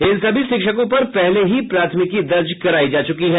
इन सभी शिक्षकों पर पहले ही प्राथमिकी दर्ज करायी जा चुकी है